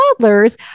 Toddlers